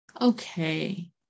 okay